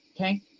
okay